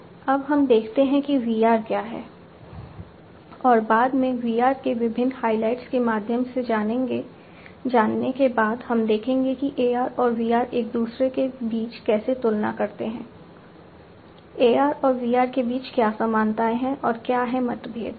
अब हम देखते हैं कि VR क्या है और बाद में VR के विभिन्न हाइलाइट्स के माध्यम से जाने के बाद हम देखेंगे कि AR और VR एक दूसरे के बीच कैसे तुलना करते हैं AR और VR के बीच क्या समानताएं हैं और क्या हैं मतभेद